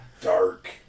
Dark